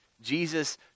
Jesus